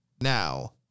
Now